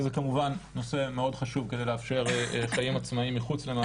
וזה כמובן נושא מאוד חשוב כדי לאפשר חיים עצמאיים מחוץ למעגל הזנות.